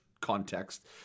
context